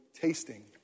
tasting